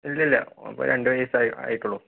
ഇല്ലയില്ല ഇപ്പോൾ രണ്ടുവയസായിട്ടേ ഉള്ളു